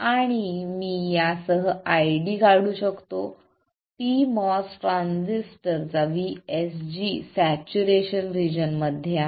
आणि मी यासह ID काढू शकतो pMOS ट्रान्झिस्टर चा VSG सॅच्युरेशन रिजन मध्ये आहे